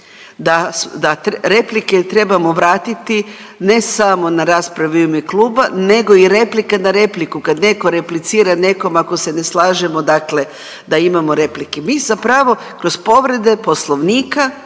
Da replike trebamo vratiti, ne samo na raspravi u ime kluba, nego i replika na repliku, kad netko replicira nekom ako se ne slažemo dakle, da imamo replike. Mi zapravo kroz povrede Poslovnika,